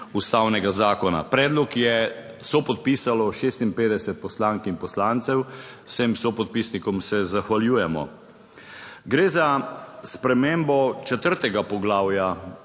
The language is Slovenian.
ustavnega zakona. Predlog je sopodpisalo 56 poslank in poslancev, vsem sopodpisnikom se zahvaljujemo. Gre za spremembo četrtega poglavja